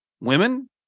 women